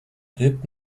typ